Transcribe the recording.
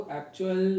actual